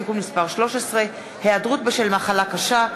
(תיקון מס' 13) (היעדרות בשל מחלה קשה),